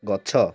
ଗଛ